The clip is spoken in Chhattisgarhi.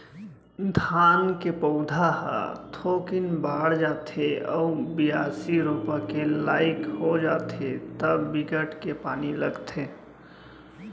धान के पउधा ह थोकिन बाड़ जाथे अउ बियासी, रोपा के लाइक हो जाथे त बिकट के पानी लगथे